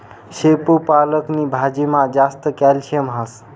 शेपू पालक नी भाजीमा जास्त कॅल्शियम हास